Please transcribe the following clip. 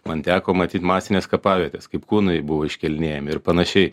man teko matyt masines kapavietes kaip kūnai buvo iškelinėjami ir panašiai